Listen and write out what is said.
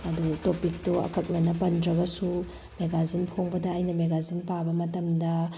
ꯑꯗꯨ ꯇꯣꯄꯤꯛꯇꯨ ꯑꯀꯛꯅꯅ ꯄꯟꯗ꯭ꯔꯒꯁꯨ ꯃꯦꯒꯥꯖꯤꯟ ꯐꯣꯡꯕꯗ ꯑꯩꯅ ꯃꯦꯒꯥꯖꯤꯟ ꯄꯥꯕ ꯃꯇꯝꯗ